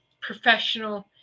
professional